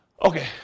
Okay